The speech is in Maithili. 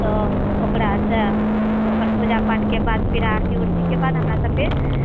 तऽ ओकरा स्याह ओकर पूजा पाठकेँ बाद फिर आरती वारतीके बाद हमरा सभकेँ